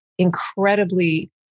incredibly